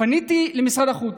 פניתי למשרד החוץ.